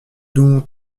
donc